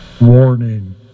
Warning